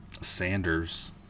Sanders